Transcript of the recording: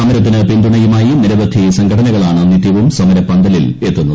സമരത്തിന് പിന്തുണയുമായി നിരവധി സംഘടനകളാണ് നിത്യവും സമരപ്പന്തലിൽ എത്തുന്നത്